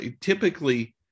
typically